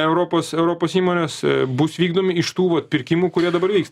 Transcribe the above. europos europos įmonės bus vykdomi iš tų vat pirkimų kurie dabar vyksta